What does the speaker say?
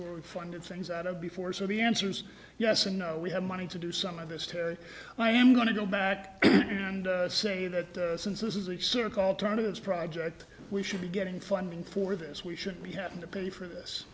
we funded things out of before so the answer is yes and no we have money to do some of this to i am going to go back and say that since this is a circle alternatives project we should be getting funding for this we should be having to pay for this